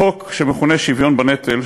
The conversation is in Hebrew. החוק שמכונה "שוויון בנטל",